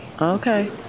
Okay